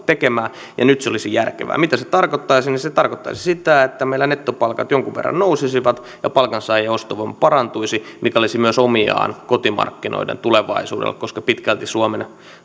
tekemään ja nyt se olisi järkevää mitä se tarkoittaisi se tarkoittaisi sitä että meillä nettopalkat jonkun verran nousisivat ja palkansaajien ostovoima parantuisi mikä olisi myös omiaan kotimarkkinoiden tulevaisuudelle koska suomen